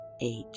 eight